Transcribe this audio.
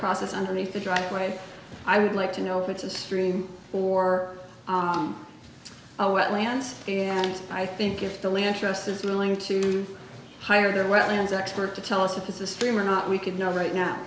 process underneath the driveway i would like to know if it's a stream or what lands and i think if the interest is willing to hire the wetlands expert to tell us if it's a stream or not we could know right now